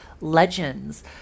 legends